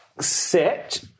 sit